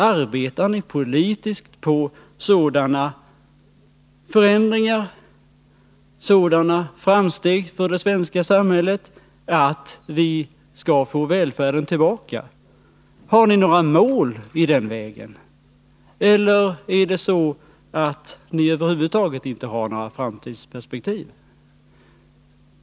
Arbetar ni politiskt för sådana förändringar, sådana framsteg i det svenska samhället att vi skall få välfärden tillbaka? Har ni några mål i den vägen, eller har ni över huvud taget inte några framtidsperspektiv?